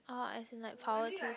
orh as in like power tool